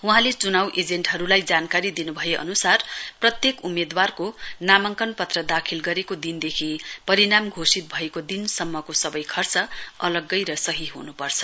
वहाँले चुनाउ एजेन्टहरुलाई जानकारी दिन् भए अनुसार प्रत्येक उम्मेदवारको नामाङ्कन पत्र दाखिल गरेको दिनदेखि परिणाम घोषित भएको दिनसम्मको सवै खर्च अलग्गै र सही हुनुपर्छ